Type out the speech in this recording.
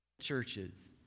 churches